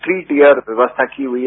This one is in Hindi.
थ्री टियर व्यवस्था की हुई है